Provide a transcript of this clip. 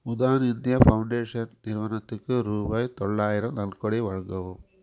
Udaan India foundation நிறுவனத்துக்கு ரூபாய் தொள்ளாயிரம் நன்கொடை வழங்கவும்